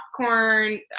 popcorn